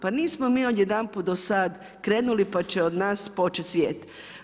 Pa nismo mi odjedanput do sada krenuli pa će od nas početi svijet.